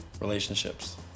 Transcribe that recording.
relationships